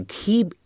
keep